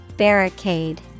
Barricade